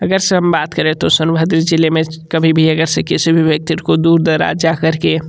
अगर से हम बात करें तो सोनभद्र ज़िले में कभी भी अगर से किसी भी व्यक्ति को दूर दराज़ जा करके